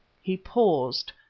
he paused,